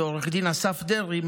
ועו"ד אסף דרעי,